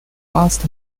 vast